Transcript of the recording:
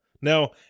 Now